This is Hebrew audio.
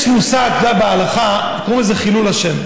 אתה יודע, יש מושג בהלכה, קוראים לזה חילול השם.